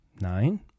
nine